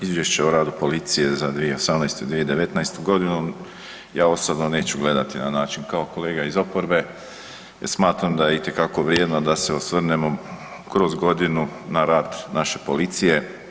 Izvješće o radu policije za 2018. i 2019. godinu ja osobno neću gledati na način kao kolega iz oporbe, jer smatram da je itekako vrijedno da se osvrnemo kroz godinu na rad naše policije.